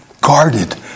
guarded